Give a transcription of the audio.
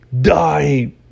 die